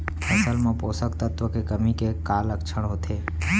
फसल मा पोसक तत्व के कमी के का लक्षण होथे?